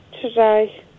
Today